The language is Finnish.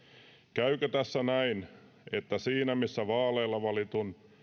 käykö tässä niin että siinä missä vaaleilla valitun